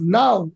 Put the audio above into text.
now